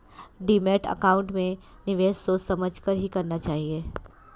demat account में निवेश सोच समझ कर ही करना चाहिए